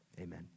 amen